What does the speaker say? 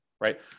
right